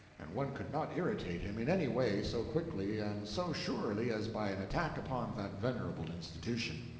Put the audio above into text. and one could not irritate him in any way so quickly and so surely as by an attack upon that venerable institution.